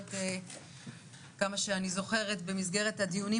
במסגרת הדיונים